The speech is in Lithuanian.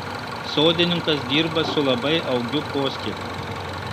sodininkas dirba su labai augiu poskiepiu